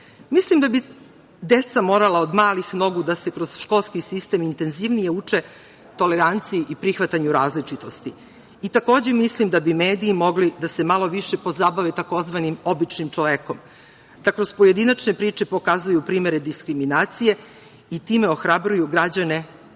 medija. Mislim da bi deca morala od malih nogu da se kroz školski sistem intenzivnije uče toleranciji i prihvatanju različitosti i takođe mislim da bi mediji mogli da se malo više pozabave tzv. običnim čovekom, da kroz pojedinačne priče pokazuju primere diskriminacije i time ohrabruju građane da